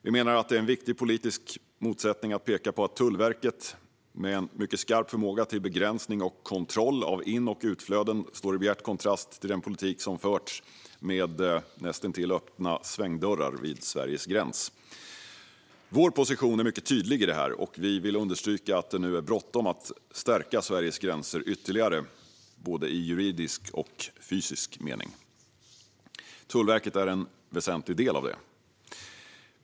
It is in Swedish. Vi menar att det är en viktig politisk motsättning att peka på att Tullverket med en mycket skarp förmåga till begränsning och kontroll av in och utflöden står i bjärt kontrast till den politik som förts med näst intill öppna dörrar vid Sveriges gräns. Vår position är mycket tydlig i det här, och vi vill understryka att det nu är bråttom att stärka Sveriges gränser ytterligare både i juridisk och i fysisk mening. Tullverket är en väsentlig del av det.